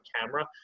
camera